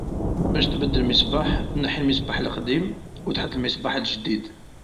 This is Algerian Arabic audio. باش تبدل مصباح، تنحي الصباح لقديم و نحط المصباح لجديد.